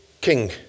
king